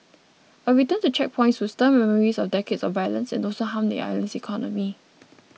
a return to checkpoints would stir memories of decades of violence and also harm the island's economy